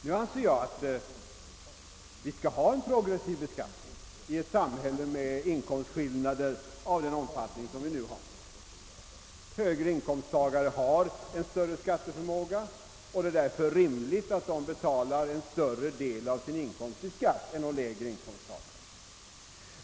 Nu anser jag att vi skall ha en progressiv beskattning i ett samhälle med inkomstskillnader av den omfattning som faktiskt finns. Högre inkomsttagare har en större skatteförmåga, och det är därför rimligt att de får betala en större andel av sin inkomst i skatt än de lägre inkomsttagarna.